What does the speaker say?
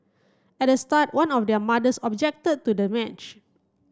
at the start one of their mothers objected to the match